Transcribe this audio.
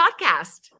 podcast